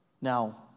Now